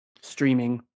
streaming